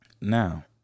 Now